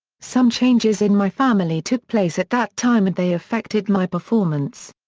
some changes in my family took place at that time and they affected my performance.